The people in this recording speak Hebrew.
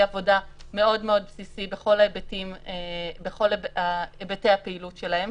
עבודה מאוד בסיסי בכל היבטי הפעילות שלהם,